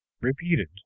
repeated